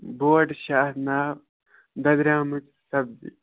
board چھُ اَتھ ناو دَدریمٕژ سبزی